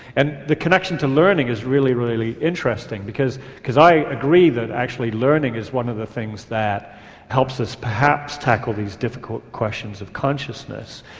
and the connection to learning is really, really interesting, because because i agree that actually learning is one of the things that helps us perhaps tackle these difficult questions of consciousness.